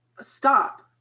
stop